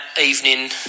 evening